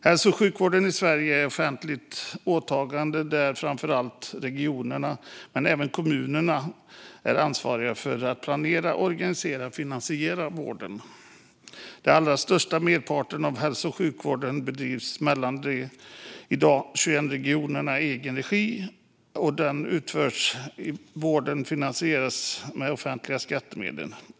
Hälso och sjukvården i Sverige är ett offentligt åtagande där framför allt regionerna, men även kommunerna, är ansvariga för att planera, organisera och finansiera vården. Den allra största merparten av hälso och sjukvården bedrivs i egen regi i de i dag 21 regionerna, och den utförda vården finansieras med offentliga skattemedel.